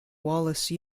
wallace